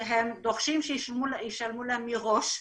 שדורשים שישלמו להם מראש,